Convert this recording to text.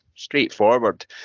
straightforward